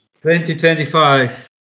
2025